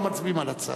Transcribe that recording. לא מצביעים על הצעתו.